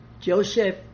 Joseph